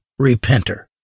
repenter